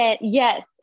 yes